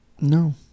no